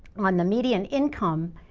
on the median income,